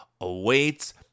awaits